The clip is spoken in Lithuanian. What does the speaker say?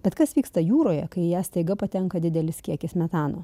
bet kas vyksta jūroje kai ją staiga patenka didelis kiekis metano